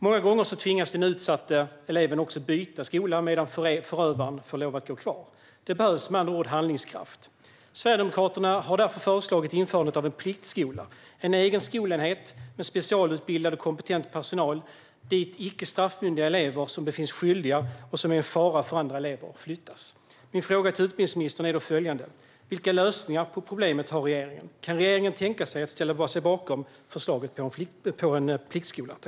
Många gånger tvingas den utsatta eleven också byta skola medan förövaren får gå kvar. Det behövs med andra ord handlingskraft. Sverigedemokraterna har därför föreslagit införandet av en pliktskola - en egen skolenhet med specialutbildad och kompetent personal, dit icke straffmyndiga elever som befinns skyldiga och som är en fara för andra elever flyttas. Min fråga till utbildningsministern är följande: Vilka lösningar på problemet har regeringen? Kan regeringen tänka sig att ställa sig bakom förslaget om en pliktskola?